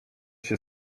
się